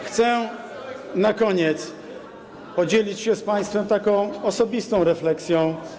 Chcę na koniec podzielić się z państwem taką osobistą refleksją.